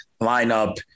lineup